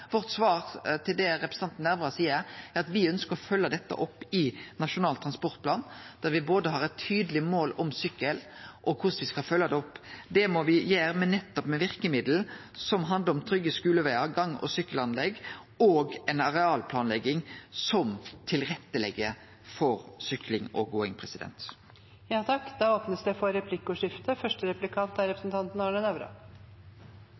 Vårt svar til det representanten Nævra seier, er at me ønskjer å følgje dette opp i Nasjonal transportplan, der me har eit tydeleg mål både om sykkel og om korleis me skal følgje det opp. Det må me gjere nettopp med verkemiddel som handlar om trygge skulevegar, gang- og sykkelanlegg og ei arealplanlegging som legg til rette for sykling og gåing.